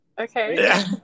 Okay